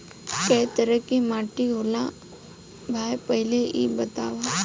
कै तरह के माटी होला भाय पहिले इ बतावा?